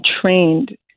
trained